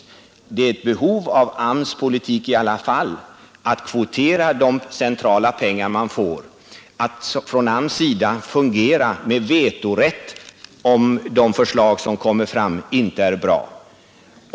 Det föreligger ett behov av AMS:s politik i alla fall för att kvotera de centrala pengarna och av att AMS fungerar med vetorätt, om de förslag som kommer fram inte är bra.